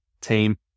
team